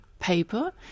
paper